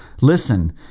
Listen